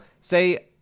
say